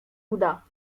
uda